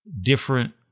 different